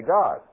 God